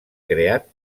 creat